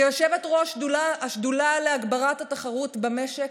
כיושבת-ראש השדולה להגברת התחרות במשק,